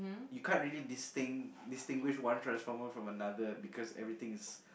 you can't really distinct distinguish one person from another because everything is